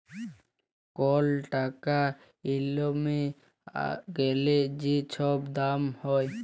call টাকা কইমে গ্যালে যে ছব দাম হ্যয়